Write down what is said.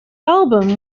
album